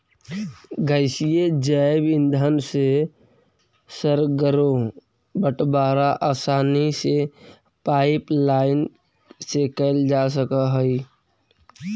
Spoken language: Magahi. गैसीय जैव ईंधन से सर्गरो बटवारा आसानी से पाइपलाईन से कैल जा सकऽ हई